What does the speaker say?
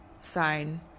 sign